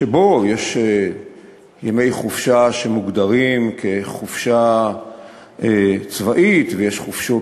שבו יש ימי חופשה שמוגדרים כחופשה צבאית ויש חופשות,